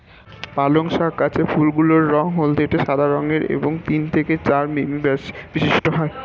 পালং শাক গাছের ফুলগুলি রঙ হলদেটে সাদা রঙের এবং তিন থেকে চার মিমি ব্যাস বিশিষ্ট হয়